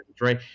right